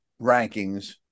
rankings